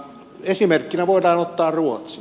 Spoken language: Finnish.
esimerkkinä voidaan ottaa ruotsi